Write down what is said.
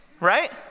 right